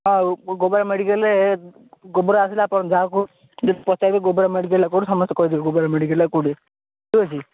ହଁ ଗୋବରା ମେଡ଼ିକାଲ ରେ ଗୋବରା ଯାହାକୁ ପଚାରିବେ ଗୋବରା ମେଡ଼ିକାଲ ଟା କୋଉଠି ସମସ୍ତେ କହିଦେବେ ଗୋବରା ମେଡ଼ିକାଲ ଟା କୋଉଠି ଠିକ ଅଛି